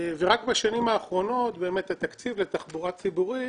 רק בשנים האחרונות התקציב לתחבורה ציבורית